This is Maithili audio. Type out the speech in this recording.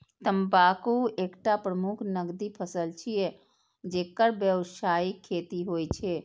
तंबाकू एकटा प्रमुख नकदी फसल छियै, जेकर व्यावसायिक खेती होइ छै